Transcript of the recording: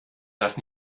das